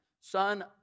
son